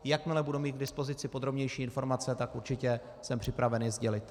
Jakmile budu mít k dispozici podrobnější informace, tak určitě jsem připraven je sdělit.